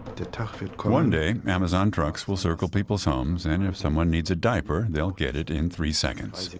the tuffet one day amazon trucks will circle people's homes. and if someone needs a diaper, they'll get it in three seconds